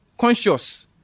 conscious